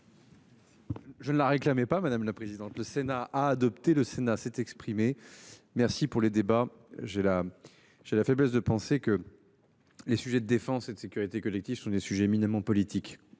Je la réclamais pas madame la présidente, le Sénat a adopté le Sénat s'est exprimé. Merci pour les débats. J'ai la, j'ai la faiblesse de penser que. Les sujets de défense et de sécurité collective, ce sont des sujets éminemment politique